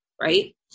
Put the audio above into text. right